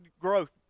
growth